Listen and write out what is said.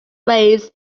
weighs